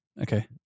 Okay